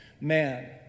man